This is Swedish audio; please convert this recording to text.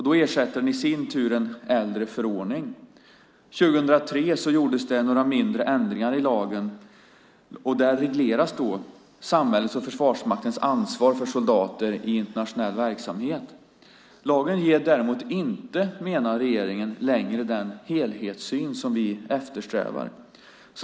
Då ersatte den i sin tur en äldre förordning. År 2003 gjordes det några mindre ändringar i lagen, och där regleras samhällets och Försvarsmaktens ansvar för soldater i internationell verksamhet. Lagen ger däremot inte längre, menar regeringen, den helhetssyn som vi eftersträvar.